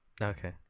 Okay